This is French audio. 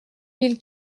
mille